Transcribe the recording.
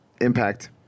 impact